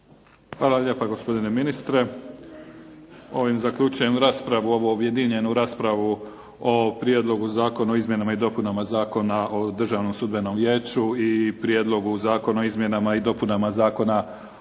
vam lijepa gospodine ministre. Ovim zaključujem raspravu, ovu objedinjenu raspravu o Prijedlogu zakona o izmjenama i dopunama Zakona o Državnom sudbenom vijeću i Prijedlogu zakona o izmjenama i dopunama Zakona